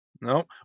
No